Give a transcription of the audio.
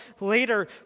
later